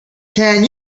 can